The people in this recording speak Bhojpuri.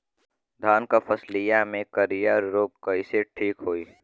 धान क फसलिया मे करईया रोग कईसे ठीक होई?